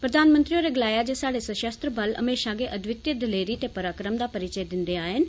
प्रधानमंत्री होरें गलाया जे स्हाड़े सशस्त्र बल हमेशां गै अद्वितीय दलेरी ते पराक्रम दा परिचय दिंदे आये न